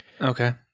Okay